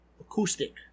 acoustic